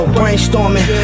brainstorming